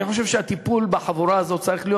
אני חושב שהטיפול בחבורה הזאת צריך להיות